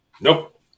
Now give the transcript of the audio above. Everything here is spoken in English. nope